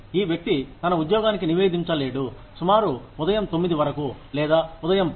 కానీ ఈ వ్యక్తి తన ఉద్యోగానికి నివేదించలేడు సుమారు ఉదయం 9 వరకు లేదా ఉదయం 10